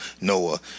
Noah